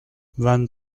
vingt